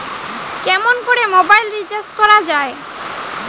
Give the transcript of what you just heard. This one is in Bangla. কেমন করে মোবাইল রিচার্জ করা য়ায়?